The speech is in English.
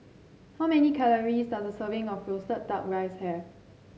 how many calories does a serving of roasted duck rice have